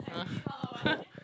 uh